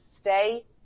stay